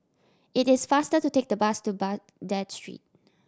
it is faster to take the bus to Baghdad Street